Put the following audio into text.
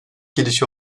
gelişi